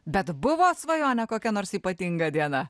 bet buvo svajone kokia nors ypatinga diena